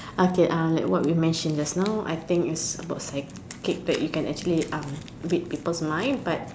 okay like what we mentioned just now I think it's about psychic that you can actually read people's minds but